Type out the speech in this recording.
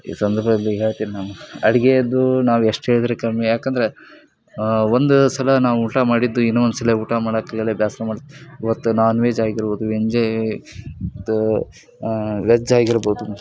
ಈ ಸಂದರ್ಭದಲ್ಲಿ ಹೇಳ್ತೀನಿ ನಾನು ಅಡುಗೆದ್ದು ನಾವು ಎಷ್ಟು ಹೇಳಿದರೂ ಕಮ್ಮಿ ಯಾಕಂದ್ರೆ ಒಂದು ಸಲ ನಾವು ಊಟ ಮಾಡಿದ್ದು ಇನ್ನೊಂದು ಸಲ ಊಟ ಮಾಡಕ್ಕೆ ಆಗೋಲ್ಲ ಬೇಸ್ರ ಮಾಡತ್ತೆ ಇವತ್ತು ನಾನ್ ವೆಜ್ ಆಗಿರ್ಬೋದು ವೆಂಜೇ ಮತ್ತು ವೆಜ್ ಆಗಿರ್ಬೋದು